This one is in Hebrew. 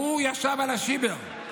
והוא ישב על השיבר,